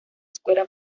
escuela